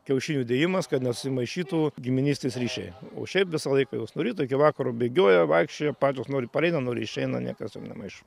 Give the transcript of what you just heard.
kiaušinių dėjimas kad nesusimaišytų giminystės ryšiai o šiaip visą laiką jos nuo ryto iki vakaro bėgioja vaikščioja pačios nori pareina nori išeina niekas nemaišo